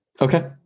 Okay